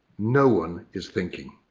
no one is thinking.